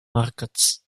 markets